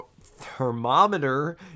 thermometer